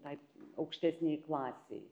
tai aukštesnei klasei